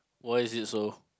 why is it so